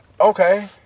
okay